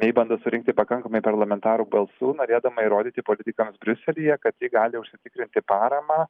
mei bando surinkti pakankamai parlamentarų balsų norėdama įrodyti politikams briuselyje kad ji gali užsitikrinti paramą